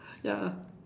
ya